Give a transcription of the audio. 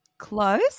Close